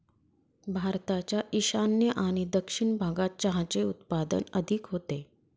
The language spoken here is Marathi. भारताच्या ईशान्य आणि दक्षिण भागात चहाचे उत्पादन अधिक होते